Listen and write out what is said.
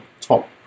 top